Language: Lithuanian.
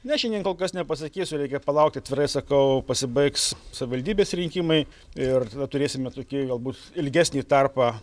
na šiandien kol kas nepasakysiu reikia palaukti atvirai sakau pasibaigs savivaldybės rinkimai ir tada turėsime tokie galbūt ilgesnį tarpą